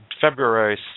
February